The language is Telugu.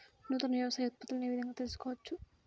నూతన వ్యవసాయ ఉత్పత్తులను ఏ విధంగా తెలుసుకోవచ్చు?